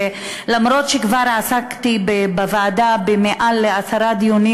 וכבר עסקתי בוועדה ביותר מעשרה דיונים